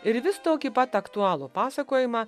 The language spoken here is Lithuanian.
ir vis tokį pat aktualų pasakojimą